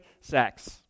sex